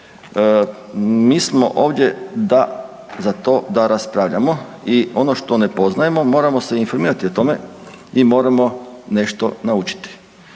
Mi smo ovdje da za to da raspravljamo i ono što ne poznajemo moramo se informirati o tome i moramo nešto naučiti.